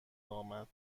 آمد